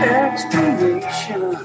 explanation